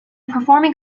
performing